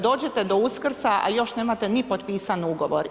Dođete do Uskrsa, a još nemate ni potpisan ugovor.